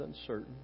uncertain